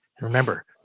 remember